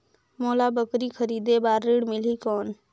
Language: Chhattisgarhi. मोला बकरी खरीदे बार ऋण मिलही कौन?